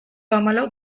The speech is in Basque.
hamalau